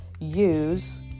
use